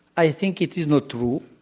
i think it is not true.